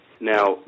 Now